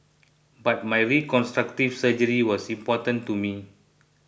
but my reconstructive surgery was important to me